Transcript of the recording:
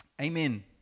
amen